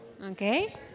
okay